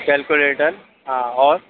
calculator हाँ और